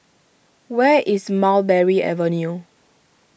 where is Mulberry Avenue